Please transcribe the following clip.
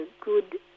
good